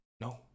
No